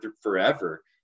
forever